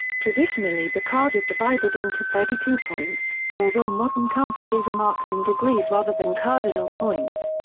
traditionally the card is divided into thirty-two points, although modern compasses are marked in degrees rather than cardinal points.